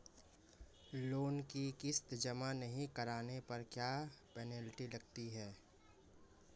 Loan की किश्त जमा नहीं कराने पर क्या पेनल्टी लगती है?